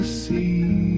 see